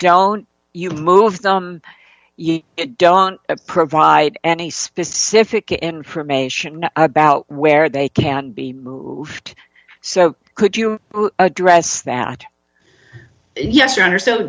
don't you move them you don't provide any specific information about where they can be moved so could you address that yes i under